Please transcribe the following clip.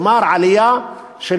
כלומר, עלייה של